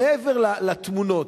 מעבר לתמונות,